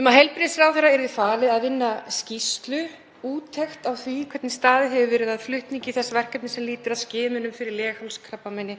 um að heilbrigðisráðherra yrði falið að vinna skýrslu, úttekt á því hvernig staðið hefur verið að flutningi þess verkefnis sem lýtur að skimunum fyrir leghálskrabbameini